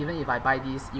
even if I buy this